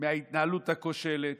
מההתנהלות הכושלת.